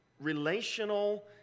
relational